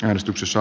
äänestyksessä